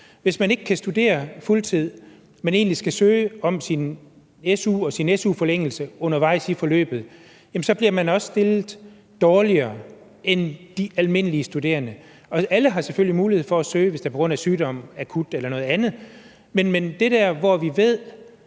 Hvis man ikke kan studere fuld tid, og egentlig skal søge om sin su og sin su-forlængelse undervejs i forløbet, bliver man også stillet dårligere end de almindelige studerende. Alle har selvfølgelig mulighed for at søge, hvis det er på grund af sygdom, akut eller noget andet, men at vi der, hvor vi ved,